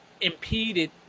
impeded